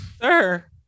Sir